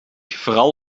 vooral